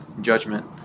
judgment